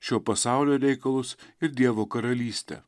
šio pasaulio reikalus ir dievo karalystę